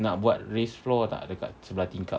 nak buat raised floor tak dekat sebelah tingkap